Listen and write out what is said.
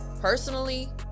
personally